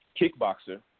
kickboxer